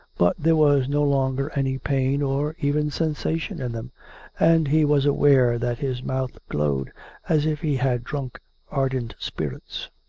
but there was no longer any pain or even sensation in them and he was aware that his mouth glowed as if he had drunk ardent spirits.